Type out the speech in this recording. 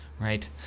Right